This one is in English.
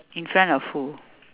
in front of who